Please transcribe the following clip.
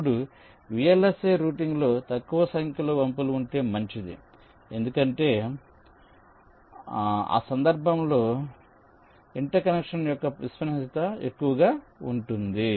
ఇప్పుడు VLSI routing లో తక్కువ సంఖ్యలో వంపులు ఉంటే మంచిది ఎందుకంటే ఆ సందర్భంలో ఇంటర్ కనెక్షన్ యొక్క విశ్వసనీయత ఎక్కువగా ఉంటుంది